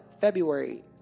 February